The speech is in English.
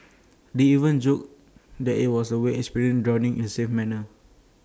they even joked that IT was A way experience drowning in A safe manner